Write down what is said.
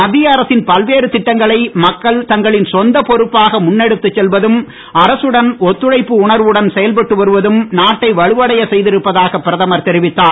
மத்திய அரசின் பல்வேறு திட்டங்களை மக்கள் தங்களின் சொந்த பொறுப்பாக முன்னெடுத்து செல்வதும் அரசுடன் ஒத்துழைப்பு உணர்வுடன் செயல்பட்டு வருவதும் நாட்டை வலுவடைய செய்திருப்பதாக பிரதமர் தெரிவித்தார்